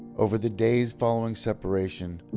over the days following separation,